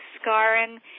scarring